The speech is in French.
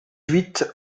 huit